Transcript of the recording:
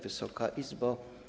Wysoka Izbo!